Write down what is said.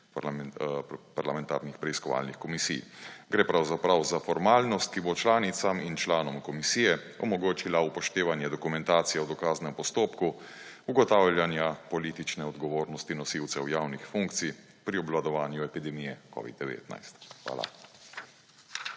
parlamentarnih preiskovalnih komisij. Gre pravzaprav za formalnost, ki bo članicam in članom komisije omogočila upoštevanje dokumentacije o dokaznem postopku ugotavljanja politične odgovornosti nosilcev javnih funkcij pri obvladovanju epidemije covida-19. Hvala.